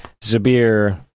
zabir